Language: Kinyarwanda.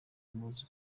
muzi